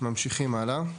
ממשיכים הלאה.